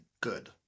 good